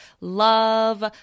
love